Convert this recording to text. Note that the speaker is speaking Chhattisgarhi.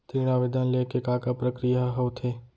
ऋण आवेदन ले के का का प्रक्रिया ह होथे?